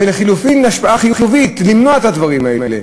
ולחלופין, השפעה חיובית, למנוע את הדברים האלה.